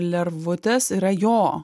lervutės yra jo